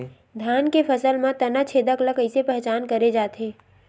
धान के फसल म तना छेदक ल कइसे पहचान करे जाथे?